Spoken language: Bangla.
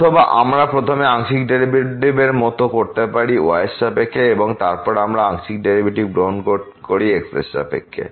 অথবা আমরা প্রথমে আংশিক ডেরিভেটিভের মত করতে পারি y এরসাপেক্ষে এবং তারপর আমরা আংশিক ডেরিভেটিভ গ্রহণ করি x এর সাপেক্ষে